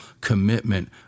commitment